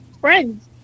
friends